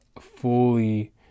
fully